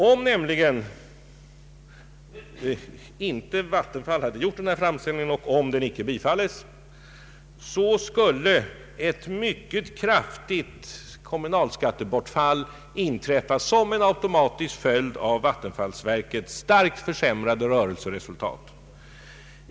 Om nämligen Vattenfall inte hade gjort denna fram ställning och om den icke bifalles skulle ett mycket kraftigt kommunalskattebortfall inträffa som en automatisk följd av valtenfallsverkets starkt försämrade rörelseresultat.